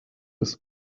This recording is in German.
ist